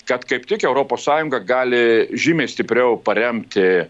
kad kaip tik europos sąjunga gali žymiai stipriau paremti